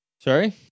Sorry